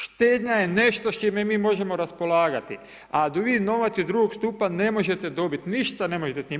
Štednja je nešto s čime mi možemo raspolagati, a vi novac iz drugog stupa ne možete dobiti, ništa ne možete s njim.